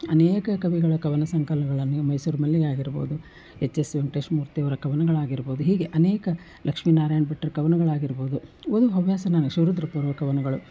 ಅನೇಕ ಕವಿಗಳ ಕವನ ಸಂಕಲನಗಳನ್ನು ಮೈಸೂರು ಮಲ್ಲಿಗೆ ಆಗಿರ್ಬೋದು ಎಚ್ ಎಸ್ ವೆಂಕಟೇಶ್ ಮೂರ್ತಿ ಅವರ ಕವನಗಳಾಗಿರ್ಬೋದು ಹೀಗೆ ಅನೇಕ ಲಕ್ಷ್ಮಿ ನಾರಾಯಣ ಭಟ್ರು ಕವನಗಳಾಗಿರ್ಬೋದು ಒಂದು ಹವ್ಯಾಸ ನನಗೆ ಶಿವರುದ್ರಪ್ಪನವರ ಕವನಗಳು